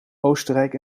oostenrijk